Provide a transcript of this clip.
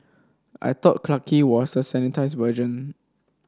I thought Clarke Quay was the sanitised version